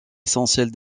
essentielles